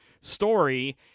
story